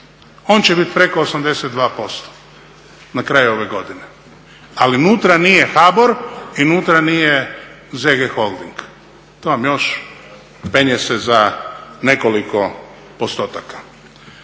on će biti preko 82% na kraju ove godine, a unutra nije HBOR i unutra nije ZG Holding, to vam još penje se za nekoliko postotaka.